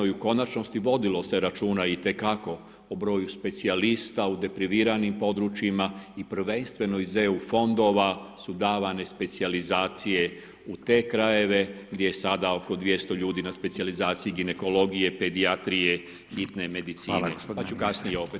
I u konačnosti, vodilo se računa itekako o broju specijalista u depriviranim područjima i prvenstveno iz UE fondova su davane specijalizacije u te krajeve gdje je sada oko 200 ljudi na specijalizaciji ginekologije, pedijatrije, hitne medicine pa ću kasnije opet.